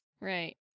right